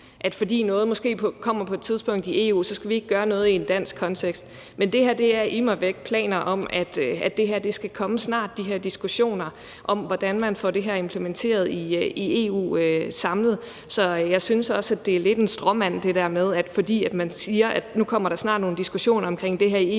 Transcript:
at fordi noget måske kommer på et tidspunkt i EU, skal vi ikke gøre noget i en dansk kontekst. Men det her er immer væk planer om, at de her diskussioner om, hvordan man får det her implementeret i EU samlet, skal komme snart. Så jeg synes også, at det er lidt en stråmand, altså det der med, at fordi man siger, at nu kommer der snart nogle diskussioner om det her i EU,